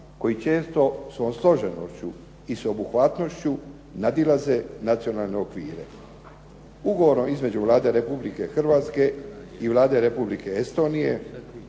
koji često svojom složenošću i sveobuhvatnošću nadilaze nacionalne okvire. Ugovorom između Vlade Republike Hrvatske i Vlade Republike Estonije